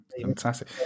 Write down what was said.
fantastic